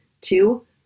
Two